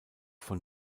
von